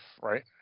right